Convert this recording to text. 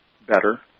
better